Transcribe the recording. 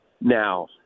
Now